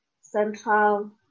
central